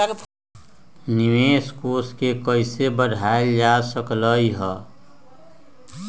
निवेश कोष के कइसे बढ़ाएल जा सकलई ह?